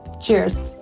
Cheers